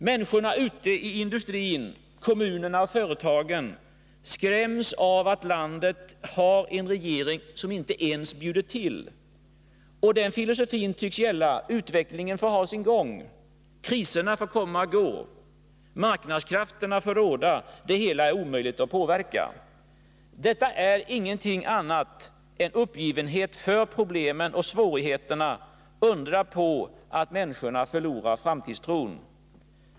Människorna ute i industrin, kommunerna och företagen skräms av att landet har en regering som inte ens bjuder till. Den filosofin tycks gälla: Utvecklingen får ha sin gång. Kriserna får komma och gå, marknadskrafterna får råda, det hela är omöjligt att påverka. Detta är inget annat än uppgivenhet inför problemen och svårigheterna. Undra på att människorna förlorar framtidstron.